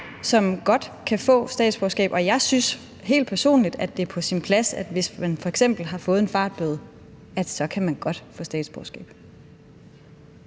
som godt kan få statsborgerskab, og jeg synes helt personligt, at det er på sin plads, at hvis man f.eks. har fået en fartbøde, kan man godt få statsborgerskab.